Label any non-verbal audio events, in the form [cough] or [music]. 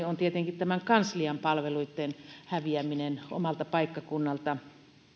[unintelligible] on tietenkin kanslian palveluitten häviäminen omalta paikkakunnalta